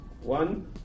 One